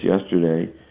yesterday